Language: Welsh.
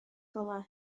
golau